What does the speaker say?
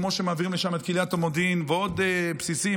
כמו שמעבירים לשם את קהיליית המודיעין ועוד בסיסים,